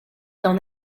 d’en